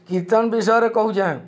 କୀର୍ତ୍ତନ ବିଷୟରେ କହୁଚେଁ